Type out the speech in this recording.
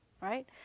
Right